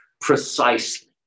precisely